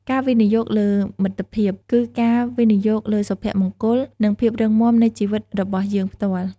ការវិនិយោគលើមិត្តភាព គឺការវិនិយោគលើសុភមង្គល និងភាពរឹងមាំនៃជីវិតរបស់យើងផ្ទាល់។